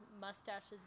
mustaches